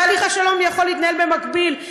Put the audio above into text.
תהליך השלום יכול להתנהל במקביל.